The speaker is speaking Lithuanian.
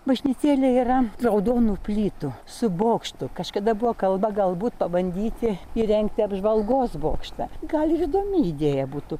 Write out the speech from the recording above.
bažnytėlė yra raudonų plytų su bokštu kažkada buvo kalba galbūt pabandyti įrengti apžvalgos bokštą gal ir įdomi idėja būtų